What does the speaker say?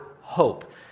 hope